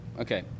okay